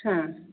हा